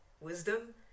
wisdom